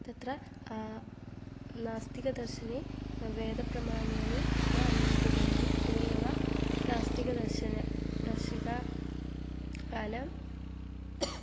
तत्र नास्तिकदर्शने वेदप्रामाण्यानि न अङ्गीकुर्वन्ति ते एव नास्तिकदर्शनं दर्शनानं